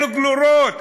אלו גרורות.